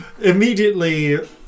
immediately